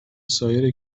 سایر